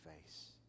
face